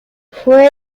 fue